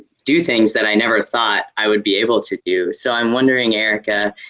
do things that i never thought i would be able to do. so i'm wondering erica,